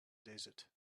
desert